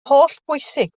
hollbwysig